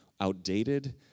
outdated